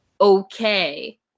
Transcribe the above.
okay